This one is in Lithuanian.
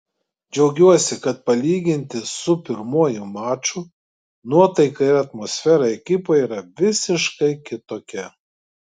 džiaugiuosi kad palyginti su pirmuoju maču nuotaika ir atmosfera ekipoje yra visiškai kitokia